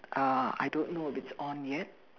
uh I don't know if it's on yet